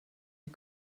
die